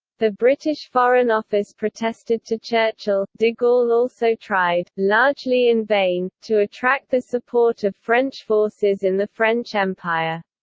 the british foreign office protested to churchill de gaulle also tried, largely in vain, to attract the support of french forces in the french empire.